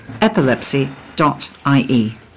epilepsy.ie